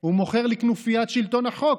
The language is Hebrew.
הוא מוכר לכנופיית שלטון החוק,